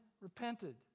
repented